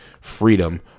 freedom